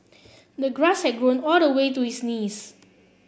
the grass had grown all the way to his knees